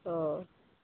অঁ